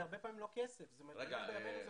מאחר ונגעת בעולים,